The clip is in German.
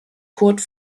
curt